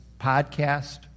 podcast